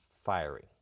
firing